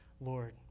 Lord